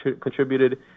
contributed